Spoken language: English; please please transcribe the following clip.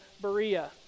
Berea